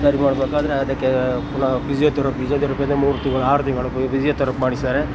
ಸರಿ ಮಾಡ್ಬೇಕಾದರೆ ಅದಕ್ಕೆ ಪುನಃ ಫಿಝಿಯೋತೆರಪಿ ಫಿಝಿಯೋತೆರಪಿಗೆ ಮೂರು ತಿಂಗಳು ಆರು ತಿಂಗಳು ಫಿಝಿಯೋತೆರಪಿ ಮಾಡಿಸಿದ್ದಾರೆ